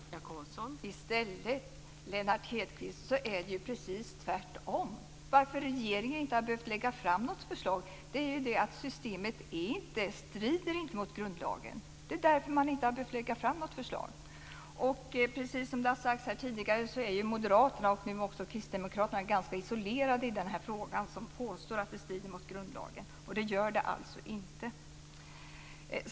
Fru talman! I stället, Lennart Hedquist, är det precis tvärtom. Varför regeringen inte har behövt lägga fram något förslag är för att systemet inte strider mot grundlagen. Det är därför man inte behövt lägga fram något förslag. Precis som sagts här tidigare är Moderaterna och Kristdemokraterna ganska isolerade i den här frågan som påstår att systemet strider mot grundlagen. Det gör det alltså inte.